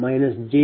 2 j1